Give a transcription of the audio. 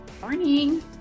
Morning